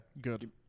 Good